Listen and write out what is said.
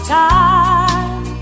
time